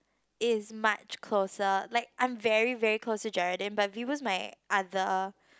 is much closer like I'm very very close to Geraldine but is my other